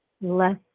less